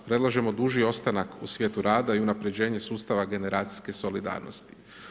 Predlažemo duži ostanak u svijetu rada i unapređenje sustava generacijske solidarnosti.